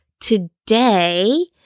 today